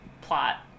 plot